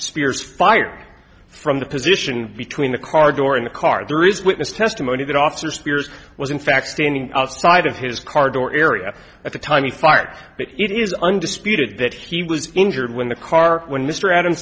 spears fired from the position between the car door and the car there is witness testimony that officer spears was in fact standing outside of his car door area at the time he fired but it is undisputed that he was injured when the car when mr adam